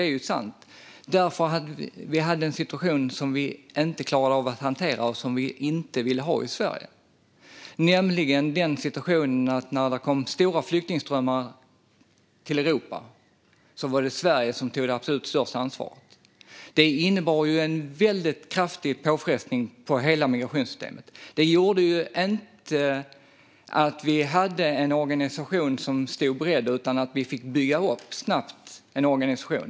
Det beror på att vi hade en situation som vi inte klarade av att hantera och som vi inte ville ha i Sverige, nämligen situationen att när det kom stora flyktingströmmar till Europa var det Sverige som tog det absolut största ansvaret. Det innebar en kraftig påfrestning på hela migrationssystemet. Vi hade inte en organisation som stod beredd, utan vi fick snabbt bygga upp en organisation.